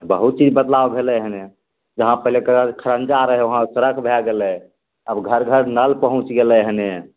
बहुत चीज बदलाव भेलै हने जहाँ पहिले खरंजा रहै हुँवा आब सड़क भए गेलै अब घर घर नल पहुँच गेलै हने